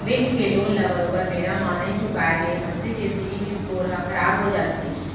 bank के loan ल बरोबर बेरा म नइ चुकाय ले मनसे के सिविल स्कोर ह खराब हो जाथे